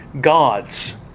gods